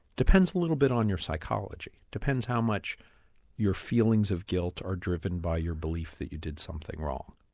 depends a little bit on your psychology, it depends how much your feelings of guilt are driven by your belief that you did something wrong.